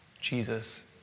Jesus